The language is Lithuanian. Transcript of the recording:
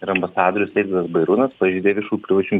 ir ambasadorius eitvydas bajarūnas pažeidė viešų privačių